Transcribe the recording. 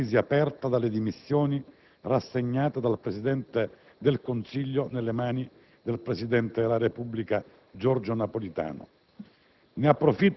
dopo la crisi aperta dalle dimissioni rassegnate dal Presidente del Consiglio nelle mani del presidente della Repubblica Giorgio Napolitano.